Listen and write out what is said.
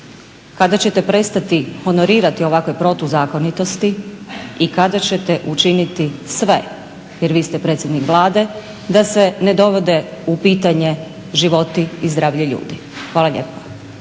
Kada ćete prestati honorirati ovakve protuzakonitosti i kada ćete učiniti sve, jer vi ste predsjednik Vlade, da se ne dovode u pitanje životi i zdravlje ljudi. Hvala lijepo.